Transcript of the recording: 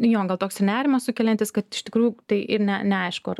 jo gal ir toks nerimas sukeliantis kad iš tikrųjų tai ir ne neaišku ar